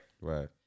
Right